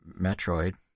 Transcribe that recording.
Metroid